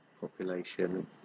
population